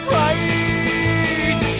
right